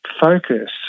focus